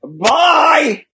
Bye